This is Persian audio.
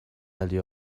علی